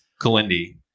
Kalindi